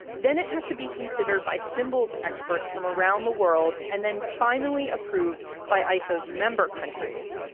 then it has to be considered by symbols experts from around the world, and then finally approved by iso's member countries.